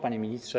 Panie Ministrze!